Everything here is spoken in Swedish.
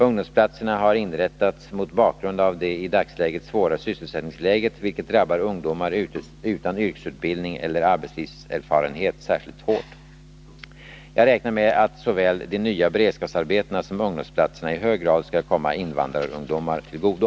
Ungdomsplatserna har inrättats mot bakgrund av det i dagsläget svåra sysselsättningsläget, vilket drabbar ungdomar utan yrkesutbildning eller arbetslivserfarenhet särskilt hårt. Jag räknar med att såväl de nya beredskapsarbetena som ungdomsplatserna i hög grad skall komma invandrarungdomar till godo.